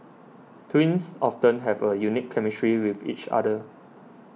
twins often have a unique chemistry with each other